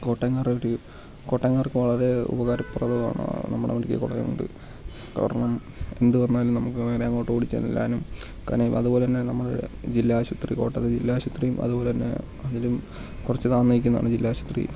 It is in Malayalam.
കോട്ടയംകാരുടെ ഒരു രീതി കോട്ടയംകാർക്ക് വളരെ ഉപകാരപ്രദമാണ് നമ്മുടെ മെഡിക്കൽ കോളേജ് കൊണ്ട് കാരണം എന്ത് വന്നാലും നമുക്ക് നേരെ അങ്ങോട്ട് ഓടി ചെല്ലാനും അതുപോലെ തന്നെ നമ്മുടെ ജില്ലാ ആശുപത്രി കോട്ടയത്തെ ജില്ലാ ആശുപത്രിയും അതുപോലെ തന്നെ അതിലും കുറച്ചു താഴ്ന്നു നിൽക്കുന്നതാണ് ജില്ലാ ആശുപത്രി